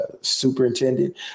superintendent